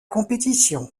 compétition